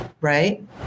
right